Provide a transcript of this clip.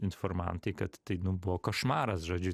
informantai kad tai buvo košmaras žodžiu